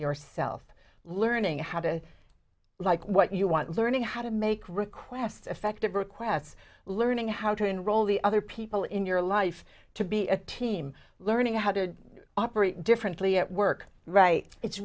yourself learning how to like what you want learning how to make requests effective requests learning how to enroll the other people in your life to be a team learning how to operate differently at work right it's